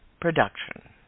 Production